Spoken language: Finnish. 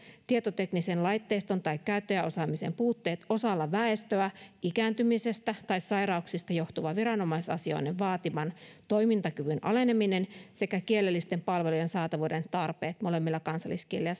tietoteknisen laitteiston tai käyttäjäosaamisen puutteet osalla väestöä ikääntymisestä tai sairauksista johtuva viranomaisasioinnin vaatiman toimintakyvyn aleneminen sekä kielellisten palvelujen saatavuuden tarpeet molemmilla kansalliskielillä